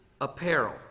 apparel